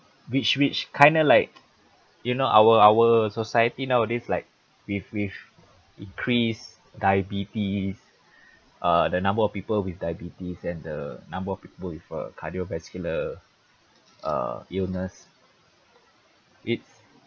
which which kind of like you know our our society nowadays like with with increased diabetes uh the number of people with diabetes and the number of people with uh cardiovascular uh illness it's